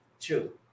True